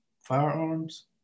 firearms